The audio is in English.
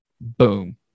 Boom